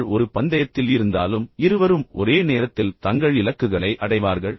நீங்கள் ஒரு பந்தயத்தில் இருந்தாலும் இருவரும் ஒரே நேரத்தில் தங்கள் இலக்குகளை அடைவார்கள்